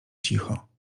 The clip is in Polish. cicho